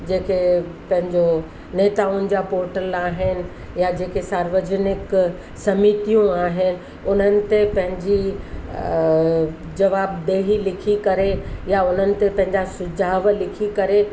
जंहिंखें पंहिंजो नेताउनि जा पोर्टल आहिनि या जेके सार्वजनिक समितियूं आहिनि उन्हनि ते पंहिंजी जवाब ॾेई लिखी करे या उन्हनि ते पंहिंजा सुझाव लिखी करे